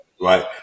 Right